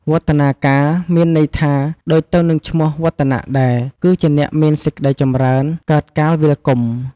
វឌ្ឍនាការ មានន័យថា ដូចទៅនឹងឈ្មោះ វឌ្ឍនៈដែរ គឺជាអ្នកមានសេចក្តីចម្រើន កើតកាលវាលគុម្ព។